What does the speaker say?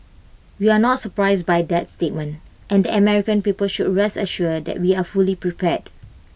we are not surprised by that statement and American people should rest assured that we are fully prepared